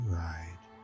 ride